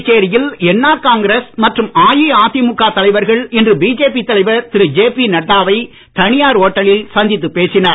புதுச்சேரியில் NR Congress மற்றும் அஇஅதிமுக தலைவர்கள் இன்று பிஜேபி தலைவர் திரு ஜேபி நட்டாவை தனியார் ஓட்டலில் சந்தித்துப் பேசினர்